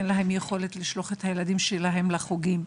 אין להם את היכולת לשלוח את הילדים שלהן לחוגים.